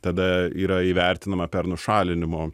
tada yra įvertinama per nušalinimo